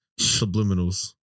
Subliminals